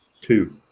Two